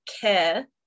care